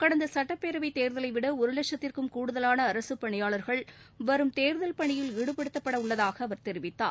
கடந்த சுட்டப்பேரவை தேர்தலை விட ஒரு வட்சத்திற்கும் கூடுதலான அரசுப் பணியாளர்கள் வரும் தேர்தல் பணியில் ஈடுபடுத்தப்பட உள்ளதாக அவர் தெரிவித்தார்